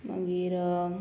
मागीर